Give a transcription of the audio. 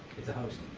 it's a host.